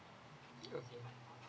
okay